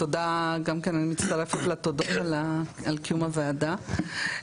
אני מצטרפת לתודות על קיום הוועדה.